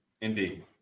indeed